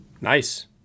nice